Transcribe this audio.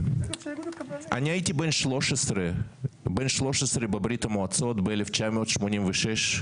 אני הייתי בן 13 בברית המועצות, ב-1986,